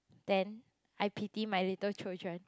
then I pity my little children